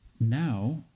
now